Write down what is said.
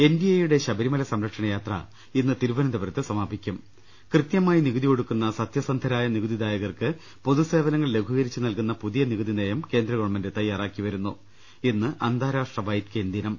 N D എയുടെ ശബരിമല സംരക്ഷണയാത്ര ഇന്ന് തിരുവനന്തപുരത്ത് സമാപിക്കും കൃത്യമായി നികുതി ഒടുക്കുന്ന സത്യസന്ധ്രായ നികുതിദായകർക്ക് പൊതു സേവനങ്ങൾ ലഘൂകരിച്ചുനൽകുന്ന പുതിയ നികുതിനയം കേന്ദ്ര ഗവൺമെന്റ് തയ്യാറാക്കി വരുന്നു ഇന്ന് അന്താരാഷ്ട്ര വൈറ്റ് കെയിൻ ദിനം